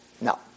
No